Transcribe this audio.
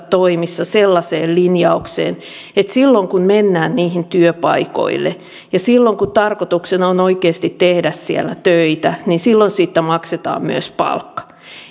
toimissa sellaiseen linjaukseen että silloin kun mennään työpaikoille ja silloin kun tarkoituksena on oikeasti tehdä siellä töitä silloin siitä maksetaan myös palkka